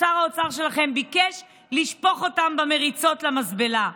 שר האוצר שלכם ביקש לשפוך אותם במריצות למזבלה.